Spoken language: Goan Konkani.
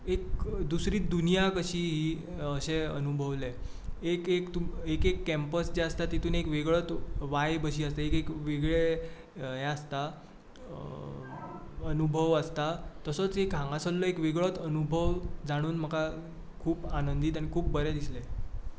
एक दुसरीच दुनिया कशी ही अशें अनुभवलें एक एक तूं एक एक कॅम्पस जे आसता तितूंत एक वेगळोच वायब अशी आसता एक एक वेगळे हे आसता अनुभव आसता तसोच एक हांगासरलो वेगळोच अनुभव जाणून म्हाका खूब आनंदीत आनी खूब बरें दिसलें